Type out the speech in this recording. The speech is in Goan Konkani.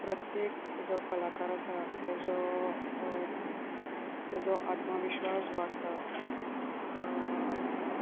प्रत्येक जो कलाकार आसा तेजो तेजो आत्मविश्वास वाडटा